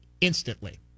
instantly